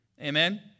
Amen